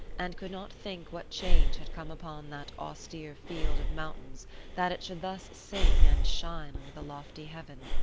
and could not think what change had come upon that austere field of mountains that it should thus sing and shine under the lofty heaven.